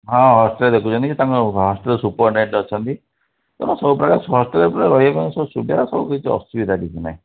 ହଁ ହଷ୍ଟେଲ୍ ଦେଖୁଛନ୍ତି ତାଙ୍କର ହଷ୍ଟେଲ୍ ସୁପରିଟେଣ୍ଡ୍ଡେଣ୍ଟ୍ ଅଛନ୍ତି ତେଣୁ ସବୁ ପ୍ରକାର ହଷ୍ଟେଲ୍ରେ ପୁରା ରହିବା ପାଇଁ ସବୁ ସୁବିଧା ସବୁ କିଛି ଅସୁବିଧା କିଛି ନାହିଁ